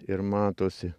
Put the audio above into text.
ir matosi